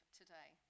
today